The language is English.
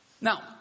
Now